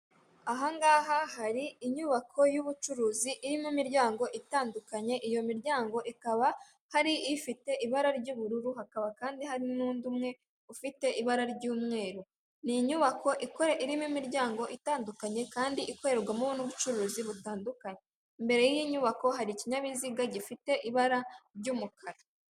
Ahangaha hari inyubako y'ubucuruzi irimo imiryango itandukanye, iyo miryango ikaba hari ifite ibara ry'ubururu, hakaba kandi hari n'undi umwe ufite ibara ry'umweru. Ni inyubako irimo imiryango itandukanye, kandi ikorerwamo n'ubucuruzi butandukanye. Imbere y'inyubako hari ikinyabiziga gifite ibara ry'umukara.